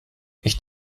ich